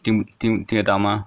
听听听得到吗